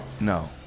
No